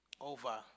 over